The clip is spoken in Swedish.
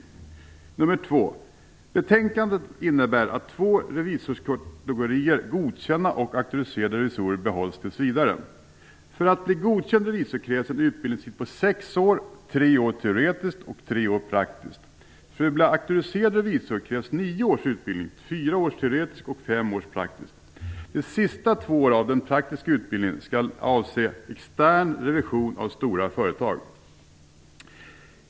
För det andra innebär betänkandet att två revisorskategorier, godkända och auktoriserade revisorer, behålls tills vidare. För att bli godkänd revisor krävs en utbildningstid på sex år, tre år teoretisk och tre år praktisk utbildning. För att bli auktoriserad revisor krävs nio års utbildning, fyra års teoretisk och fem års praktisk utbildning. De sista två åren av den praktiska utbildningen skall avse extern revision av stora företag.